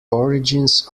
origins